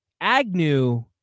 Agnew